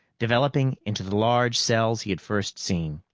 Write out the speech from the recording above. developing into the large cells he had first seen.